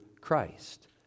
Christ